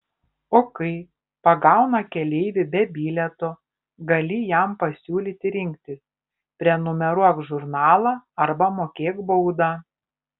o kai pagauna keleivį be bilieto gali jam pasiūlyti rinktis prenumeruok žurnalą arba mokėk baudą